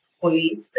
police